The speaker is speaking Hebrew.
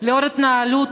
לאור ההתנהלות